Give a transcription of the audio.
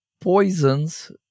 poisons